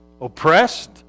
oppressed